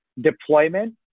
deployment